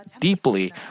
deeply